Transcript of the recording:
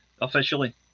officially